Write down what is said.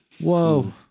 Whoa